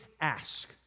ask